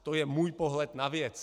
To je můj pohled na věc.